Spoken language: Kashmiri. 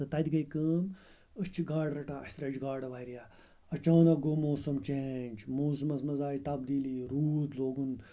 تہٕ تَتہِ گٔے کٲم أسۍ چھِ گاڈٕ رَٹان اسہِ رَچہِ گاڈٕ واریاہ اَچانَک گوو موسم چینٛج موسمَس منٛز آے تَبدیٖلی روٗد لوگُن